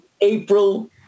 April